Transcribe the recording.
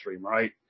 right